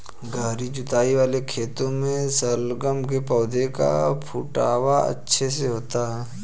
गहरी जुताई वाले खेतों में शलगम के पौधे का फुटाव अच्छे से होता है